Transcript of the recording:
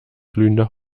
glühender